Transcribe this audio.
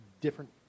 different